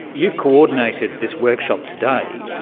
you've coordinated this workshop today.